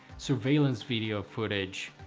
surveillance video footage,